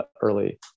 early